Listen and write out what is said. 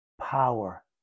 Power